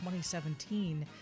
2017